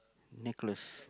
necklace